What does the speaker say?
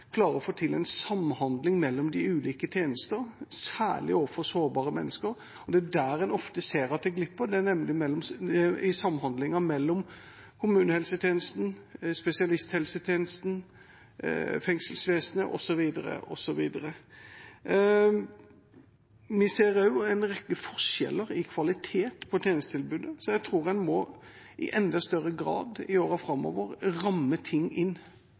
klare å få til en samhandling mellom de ulike tjenestene, særlig overfor sårbare mennesker. Det er der en ser at det ofte glipper, nemlig i samhandlingen mellom kommunehelsetjenesten, spesialisthelsetjenesten, fengselsvesenet osv. Vi ser også en rekke forskjeller i kvaliteten på tjenestetilbudet, så jeg tror en i enda større grad i årene framover må forplikte seg og ramme ting inn.